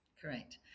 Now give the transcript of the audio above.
Correct